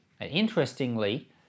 Interestingly